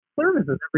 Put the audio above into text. services